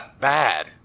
bad